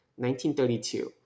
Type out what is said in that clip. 1932